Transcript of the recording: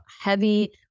heavy